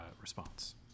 response